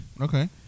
okay